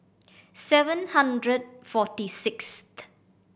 seven hundred forty sixth